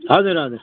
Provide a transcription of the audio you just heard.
हजुर हजुर